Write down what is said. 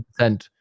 100